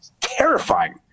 terrifying